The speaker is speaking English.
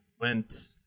went –